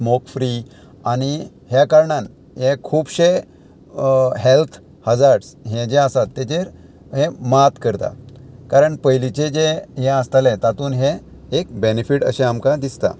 smoke free आनी ह्या कारणान हे खुबशे हेल्थ हजार्ट्स हे जे आसात तेजेर हे मात करता कारण पयलींचे जे हे आसताले तातूंत हे एक बेनिफीट अशें आमकां दिसता